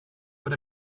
what